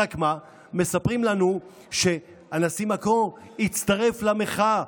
מספרים לנו שהנשיא מקרון הצטרף למחאה,